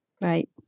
Right